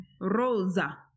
Rosa